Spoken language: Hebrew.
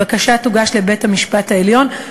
הבקשה תוגש לבית-המשפט העליון,